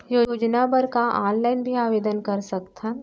योजना बर का ऑनलाइन भी आवेदन कर सकथन?